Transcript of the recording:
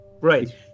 right